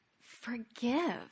forgive